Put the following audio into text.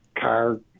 car